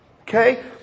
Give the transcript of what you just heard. Okay